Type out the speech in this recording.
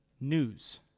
News